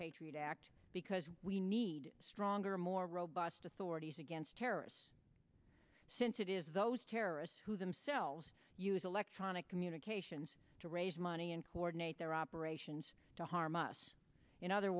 patriot act because we need stronger more robust authorities against terrorists since it is those terrorists who themselves use electronic communications to raise money and coordinate their operations to harm us in other